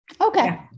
Okay